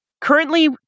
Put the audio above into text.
Currently